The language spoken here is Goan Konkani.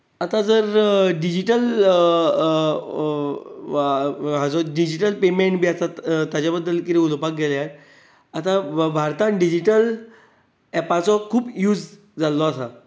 आतां जर डिजिटल हाचो डिजिटल पेमेंट बी आसत ताचे बद्दल कितें उलोवपाक गेल्यार आतां भारतांत डिजिटल एपाचो खूब यूज जाल्लो आसा